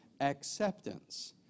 acceptance